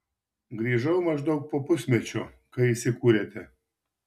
grįžau maždaug po pusmečio kai įsikūrėte